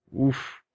Oof